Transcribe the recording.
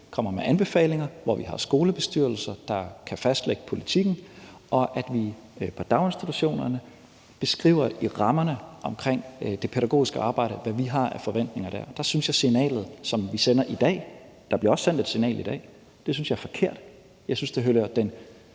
kommer med anbefalinger, mens vi har skolebestyrelser, der kan fastlægge politikken, og at vi i forhold til daginstitutionerne beskriver i rammerne omkring det pædagogiske arbejde, hvad vi har af forventninger dér. Der synes jeg, signalet, som vi sender i dag – der bliver også sendt et signal i dag – er forkert. Jeg synes, det hører den